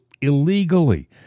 illegally